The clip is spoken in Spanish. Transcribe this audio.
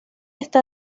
está